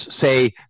say